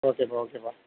ஓகேப்பா ஓகேப்பா